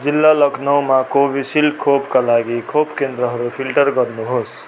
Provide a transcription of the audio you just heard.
जिल्ला लखनउमा कोभिसिल्ड खोपका लागि खोप केन्द्रहरू फिल्टर गर्नुहोस्